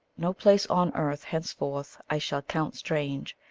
no place on earth henceforth i shall count strange,